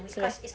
okay